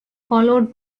followed